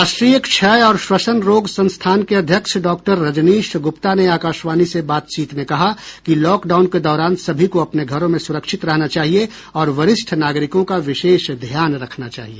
राष्ट्रीय क्षय और श्वसन रोग संस्थान के अध्यक्ष डॉक्टर रजनीश गुप्ता ने आकाशवाणी से बातचीत में कहा कि लॉकडाउन के दौरान सभी को अपने घरों में सुरक्षित रहना चाहिए और वरिष्ठ नागरिकों का विशेष ध्यान रखना चाहिए